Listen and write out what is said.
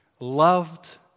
Loved